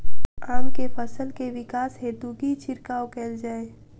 आम केँ फल केँ विकास हेतु की छिड़काव कैल जाए?